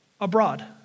abroad